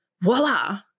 voila